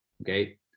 Okay